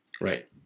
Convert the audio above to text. Right